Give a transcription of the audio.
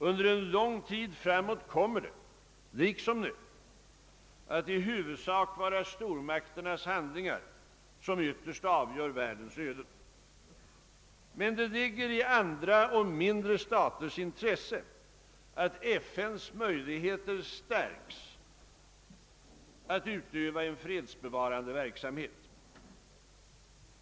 Under en lång tid framåt kommer det liksom nu att i huvudsak vara stormakternas handlingar som ytterst avgör världens öde. Men det ligger i andra och mindre staters intresse, att FN:s möjligheter att utöva en fredsbevarande verksamhet stärks.